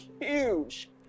huge